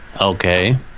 okay